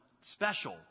special